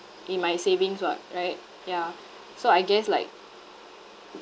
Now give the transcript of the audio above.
in my savings [what] right ya so I guess like